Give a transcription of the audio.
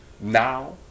now